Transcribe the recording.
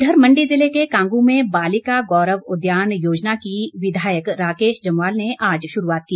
इधर मण्डी ज़िले के कांगू में बालिका गौरव उद्यान योजना की विधायक राकेश जम्वाल ने आज शुरूआत की